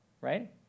right